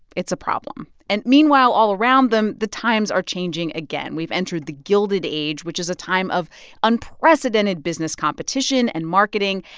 it's a problem. and meanwhile, all around them, the times are changing again. we've entered the gilded age, which is a time of unprecedented business competition and marketing.